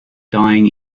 dying